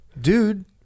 Dude